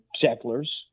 settlers